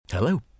Hello